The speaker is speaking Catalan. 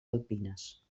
alpines